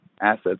assets